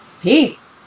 Peace